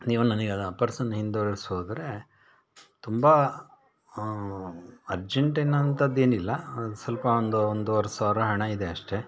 ನೀವು ನನಗೆ ಅದು ಆ ಪರ್ಸನ್ನು ಹಿಂದಿರ್ಗ್ಸಿ ಹೋದರೆ ತುಂಬ ಅರ್ಜೆಂಟ್ ಏನೂ ಅಂಥದ್ದೇನಿಲ್ಲ ಒಂದು ಸ್ವಲ್ಪ ಒಂದು ಒಂದೂವರೆ ಸಾವಿರ ಹಣ ಇದೆ ಅಷ್ಟೇ